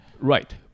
Right